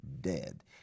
dead